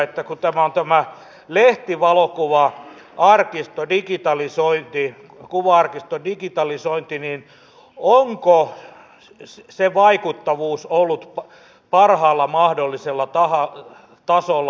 kun on tämä lehtivalokuva arkiston digitalisointi kuva arkiston digitalisointi niin onko sen vaikuttavuus ollut parhaalla mahdollisella tasolla